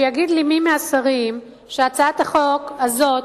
שיגיד לי מי מהשרים שהצעת החוק הזאת